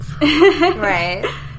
Right